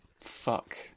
fuck